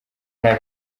nta